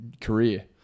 career